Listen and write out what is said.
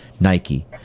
nike